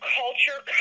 culture